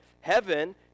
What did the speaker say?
heaven